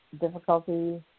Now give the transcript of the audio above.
difficulties